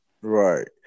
Right